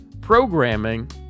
programming